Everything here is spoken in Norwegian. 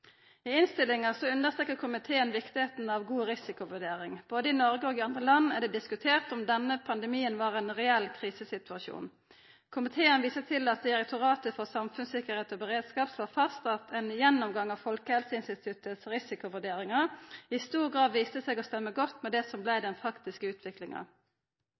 I innstillinga understrekar komiteen kor viktig det er med god risikovurdering. Både i Noreg og i andre land er det diskutert om denne pandemien var ein reell krisesituasjon. Komiteen viser til at Direktoratet for samfunnssikkerhet og beredskap slår fast at ein gjennomgang av Folkehelseinstituttets risikovurderingar i stor grad viste seg å stemma godt med det som vart den faktiske utviklinga.